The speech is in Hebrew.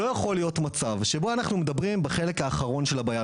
לא יכול להיות מצב שבו אנחנו מדברים בחלק האחרון של הבעיה.